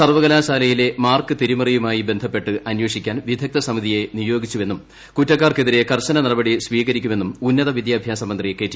സർവ്വകലാശാലയിലെ മാർക്കു തിരിമറിയുമായി ബന്ധപ്പെട്ട് അന്വേഷി ക്കാൻ വിദഗ്ധ സമിതിയെ നിയോഗിച്ചുവെന്നും കുറ്റക്കാർക്കെതിരെ കർശന നടപടി സ്വീകരിക്കുമെന്നും ഉന്നത വിദ്യാഭ്യാസ മന്ത്രി കെടി